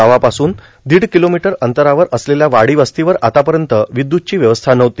गावापासून दोंड किर्लोोमटर अंतरावर असलेल्या वाडी वस्तीवर आतापयत र्वद्युतची व्यवस्था नव्हती